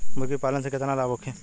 मुर्गीपालन से केतना लाभ होखे?